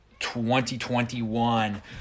2021